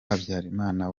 habyarimana